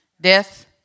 death